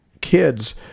kids